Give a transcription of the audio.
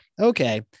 okay